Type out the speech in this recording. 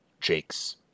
jakes